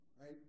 Right